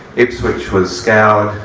ipswich was scoured,